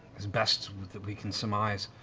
as best that we can surmise,